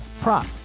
prop